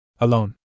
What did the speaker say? Alone